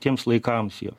tiems laikams jo